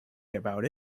about